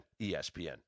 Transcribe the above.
ESPN